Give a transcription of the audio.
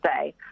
say